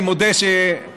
אני מודה שמחול,